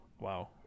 wow